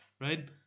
right